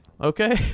okay